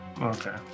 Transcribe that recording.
okay